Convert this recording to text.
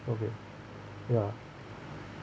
okay ya